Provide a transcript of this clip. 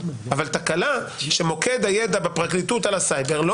אבל תקלה שמוקד הידע בפרקליטות על הסייבר לא